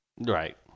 Right